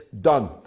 done